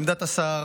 מעמדת השר,